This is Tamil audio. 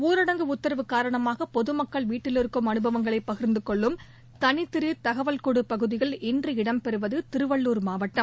ஊரடங்கு உத்தரவு காரணமாக பொதுமக்கள் வீட்டிலிருக்கும் அனுபவங்களை பகிா்ந்து கொள்ளும் தனித்திரு தகவல் கொடு பகுதியில் இன்று இடம் பெறுவது திருவள்ளூர் மாவட்டம்